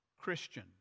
Christian